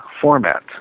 format